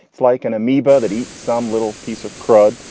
it's like an amoeba that eats some little piece of crud.